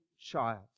child